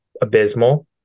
abysmal